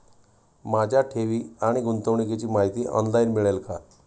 माझ्या ठेवी आणि गुंतवणुकीची माहिती ऑनलाइन मिळेल का?